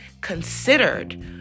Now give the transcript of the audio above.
considered